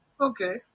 Okay